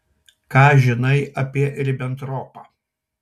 ką žinai apie ribentropą